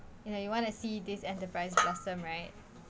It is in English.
you know you want to see this enterprise blossom right